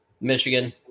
Michigan